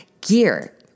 gear